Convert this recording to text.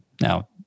Now